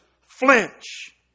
flinch